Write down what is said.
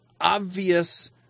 obvious